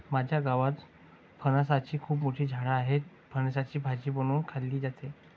माझ्या गावात फणसाची खूप मोठी झाडं आहेत, फणसाची भाजी बनवून खाल्ली जाते